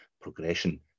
progression